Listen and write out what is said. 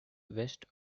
west